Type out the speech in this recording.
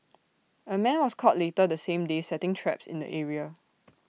A man was caught later the same day setting traps in the area